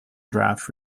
draft